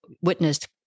witnessed